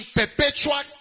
perpetual